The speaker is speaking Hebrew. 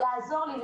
לעזור לי,